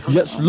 Yes